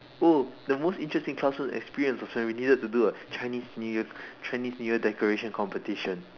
oh the most interesting classroom experience was when we needed to do a Chinese new year Chinese new year decoration competition